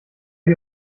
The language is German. die